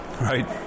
right